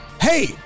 Hey